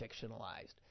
fictionalized